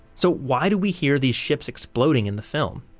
so, why do we hear these ships exploding in the film?